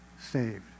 saved